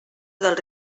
del